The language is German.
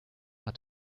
hat